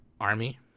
Army